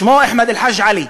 שמו אחמד אל-חאג' עלי,